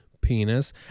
penis